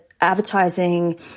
advertising